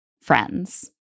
friends